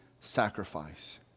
sacrifice